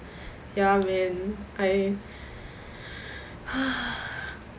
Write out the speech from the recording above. ya man I